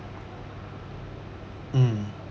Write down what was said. mm